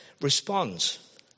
responds